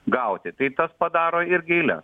gauti tai tas padaro irgi eiles